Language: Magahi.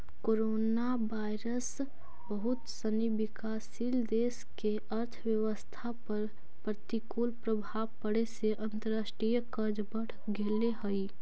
कोरोनावायरस बहुत सनी विकासशील देश के अर्थव्यवस्था पर प्रतिकूल प्रभाव पड़े से अंतर्राष्ट्रीय कर्ज बढ़ गेले हई